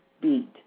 beat